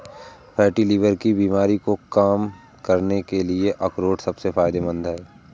fatty liver की बीमारी को कम करने के लिए अखरोट सबसे फायदेमंद है